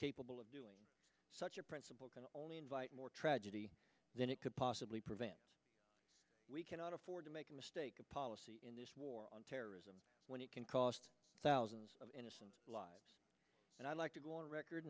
capable of doing such a principal can only invite more tragedy than it could possibly prevent we cannot afford to make a mistake a policy in this war on terrorism when it can cost thousands of innocent lives and i'd like to go on record